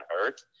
hurt